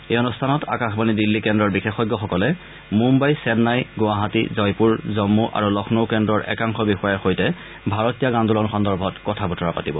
এই অনুষ্ঠানত আকাশবাণী দিল্লী কেন্দ্ৰৰ বিশেষজ্ঞসকলে মুম্বাই চেন্নাই গুৱাহাটী জয়পুৰ জম্মু আৰু লক্ষ্ণৌ কেন্দ্ৰৰ একাংশ বিষয়াৰ সৈতে ভাৰত ত্যাগ আন্দোলন সন্দৰ্ভত কথাবতৰা পাতিব